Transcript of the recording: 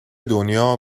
دنیا